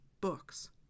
books